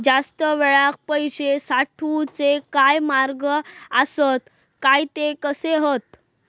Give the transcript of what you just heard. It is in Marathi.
जास्त वेळाक पैशे साठवूचे काय मार्ग आसत काय ते कसे हत?